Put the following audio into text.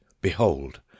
behold